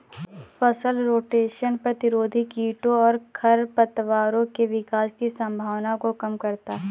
फसल रोटेशन प्रतिरोधी कीटों और खरपतवारों के विकास की संभावना को कम करता है